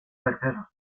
accesos